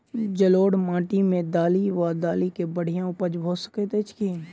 जलोढ़ माटि मे दालि वा दालि केँ बढ़िया उपज भऽ सकैत अछि की?